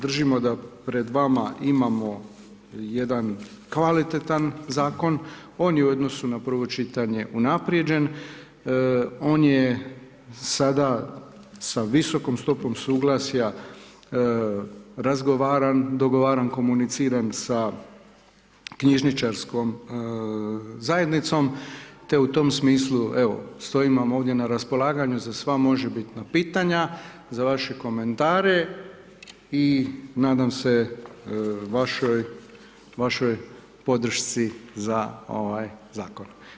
Držimo da pred vama imamo jedan kvalitetan zakon, on je u odnosu na prvo čitanje, unaprijeđenoj, on je sada sa visokom stopom suglasja, razgovoran, dogovaran, komuniciran sa knjižničarskom zajednicom te u tom smislu, stojim vam ovdje na raspolaganju za sva možebitna pitanja, za vaše komentare i nadam se vašoj podršci za ovaj zakon.